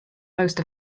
most